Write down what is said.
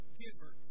giver